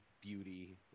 beauty